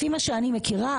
לפי מה שאני מכירה,